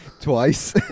twice